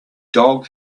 dog